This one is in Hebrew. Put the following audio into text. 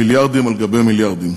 מיליארדים על מיליארדים.